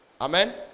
Amen